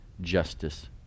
justice